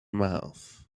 mouth